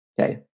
okay